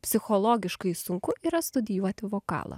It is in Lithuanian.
psichologiškai sunku yra studijuoti vokalą